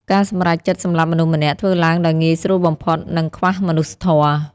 ការសម្រេចចិត្តសម្លាប់មនុស្សម្នាក់ ធ្វើឡើងដោយងាយស្រួលបំផុត និងខ្វះមនុស្សធម៌។